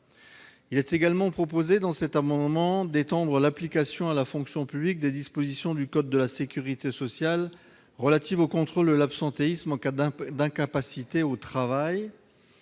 Il est également proposé d'étendre l'application à la fonction publique des dispositions du code de la sécurité sociale relatives au contrôle de l'absentéisme en cas d'incapacité au travail.